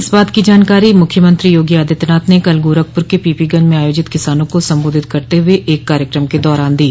इस बात की जानकारी मुख्यमंत्री योगी आदित्यनाथ ने कल गोरखपुर के पीपीगंज में आयोजित किसानों को संबोधित करते हुए एक कार्यक्रम के दौरान दी